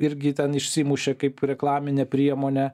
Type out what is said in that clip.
irgi ten išsimušė kaip reklaminę priemonę